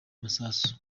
masasu